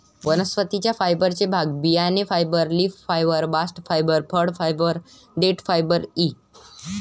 वनस्पती फायबरचे भाग बियाणे fibre, leaf fibre, bast fibre, फळ फायबर, देठ फायबर इ